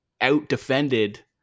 out-defended